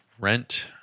Rent